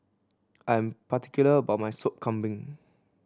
I'm particular about my Sop Kambing